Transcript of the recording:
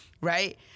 right